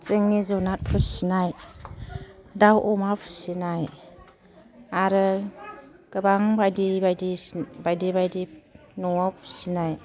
जोंनि जुनाद फुसिनाय दाउ अमा फुसिनाय आरो गोबां बायदि बायदि बायदि बायदि न'आव फिसिनाय